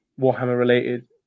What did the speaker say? Warhammer-related